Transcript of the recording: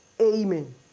Amen